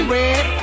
Red